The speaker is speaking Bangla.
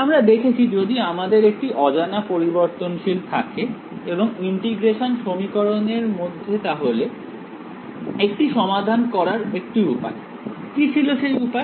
আমরা দেখেছি যদি আমাদের একটি অজানা পরিবর্তনশীল থাকে একটি ইন্টিগ্রেশন সমীকরণ এর মধ্যে তাহলে একটি সমাধান করার একটি উপায় কি ছিল সেই উপায়